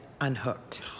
unhooked